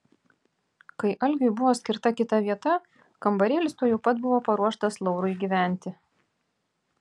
kai algiui buvo skirta kita vieta kambarėlis tuojau pat buvo paruoštas laurui gyventi